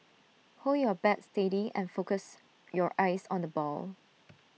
hold your bat steady and focus your eyes on the ball